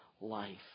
life